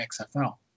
XFL